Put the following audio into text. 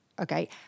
Okay